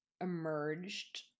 emerged